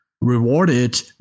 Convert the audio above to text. rewarded